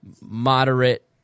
moderate